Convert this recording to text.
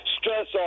stress